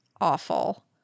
Awful